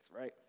right